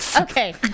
Okay